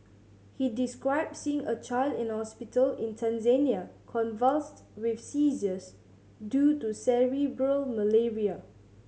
he described seeing a child in a hospital in Tanzania convulsed with seizures due to cerebral malaria